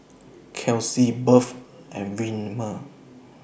Kelcie Beth and Wilmer